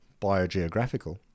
biogeographical